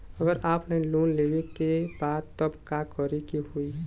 अगर offline loan लेवे के बा त का करे के होयी?